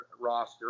roster